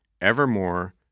evermore